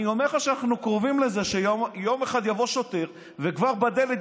אני אומר לך שאנחנו קרובים לזה שיום אחד יבוא שוטר וכבר בדלת,